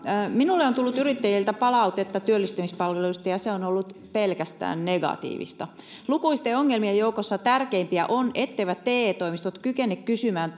minulle on tullut yrittäjiltä palautetta työllistymispalveluista ja se on ollut pelkästään negatiivista lukuisten ongelmien joukossa yksi tärkeimpiä on etteivät te toimistot kykene kysymään